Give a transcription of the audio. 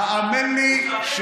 האמן לי,